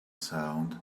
sound